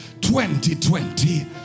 2020